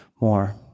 more